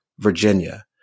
Virginia